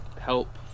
help